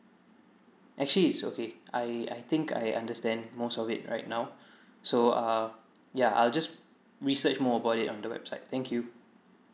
actually it's okay I I think I understand most of it right now so uh ya I'll just research more about it on the website thank you